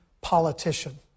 politician